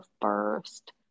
first